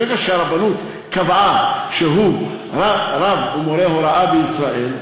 ברגע שהרבנות קבעה שהוא רב או מורה הוראה בישראל,